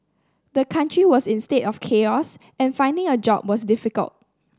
the country was in a state of chaos and finding a job was difficult